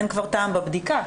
אין כבר טעם בבדיקה,